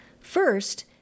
First